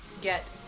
get